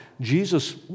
Jesus